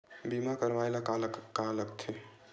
बीमा करवाय ला का का लगथे?